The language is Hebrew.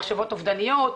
מחשבות אובדניות,